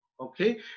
Okay